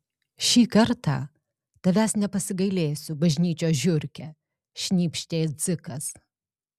šį kartą tavęs nepasigailėsiu bažnyčios žiurke šnypštė dzikas